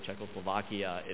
Czechoslovakia